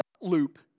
loop